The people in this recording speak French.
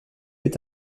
est